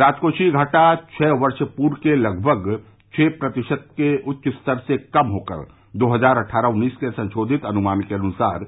राजकोषीय घाटा छह वर्ष पूर्व के लगभग छह प्रतिशत के उच्चस्तर से कम होकर दो हजार अट्ठारह उन्नीस के संशोधित अनुमान के अनुसार